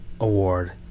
award